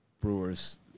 Brewers